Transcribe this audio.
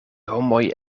homoj